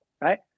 Right